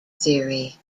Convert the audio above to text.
theory